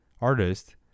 artist